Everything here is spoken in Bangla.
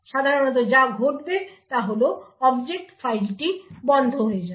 সাধারণত যা ঘটবে তা হল অবজেক্ট ফাইলটি বন্ধ হয়ে যাবে